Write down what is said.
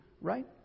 right